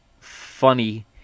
funny